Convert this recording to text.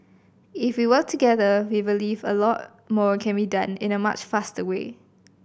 if we work together we believe a lot more can be done in a much faster way